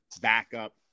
backup